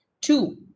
Two